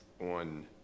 on